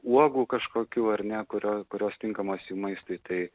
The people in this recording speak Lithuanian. uogų kažkokių ar ne kurio kurios tinkamos jų maistui tai